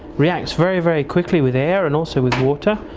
reacts very, very quickly with air and also with water.